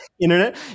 Internet